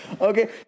Okay